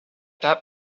that